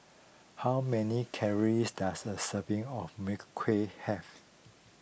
how many calories does a serving of Mui Kui have